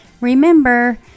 Remember